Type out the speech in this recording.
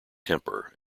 temper